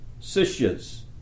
sishas